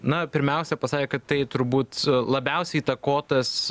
na pirmiausia pasakė kad tai turbūt labiausiai įtakotas